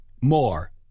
more